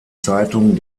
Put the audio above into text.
zeitung